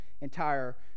entire